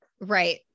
Right